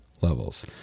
levels